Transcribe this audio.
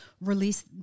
release